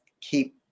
keep